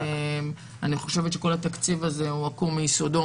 אני חושבת שכל התקציב הזה עקום מיסודו